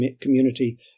community